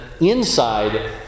inside